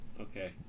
okay